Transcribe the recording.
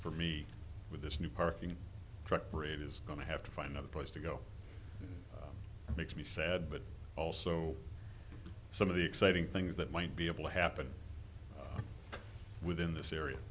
for me with this new parking truck parade is going to have to find another place to go makes me sad but also some of the exciting things that might be able to happen within this area